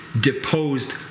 deposed